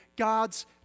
God's